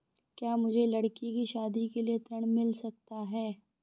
क्या मुझे लडकी की शादी के लिए ऋण मिल सकता है?